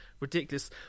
Ridiculous